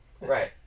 Right